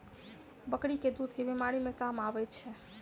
बकरी केँ दुध केँ बीमारी मे काम आबै छै?